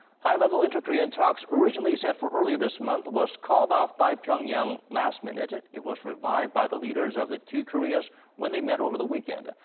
high-level inter-korean talks, originally set for earlier this month. was called off by pyongyang last minute. it it was revived by the leaders of the two koreas when they met over the weekend.